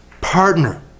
partner